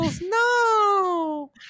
no